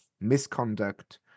misconduct